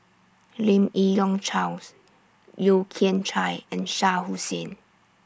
Lim Yi Yong Charles Yeo Kian Chai and Shah Hussain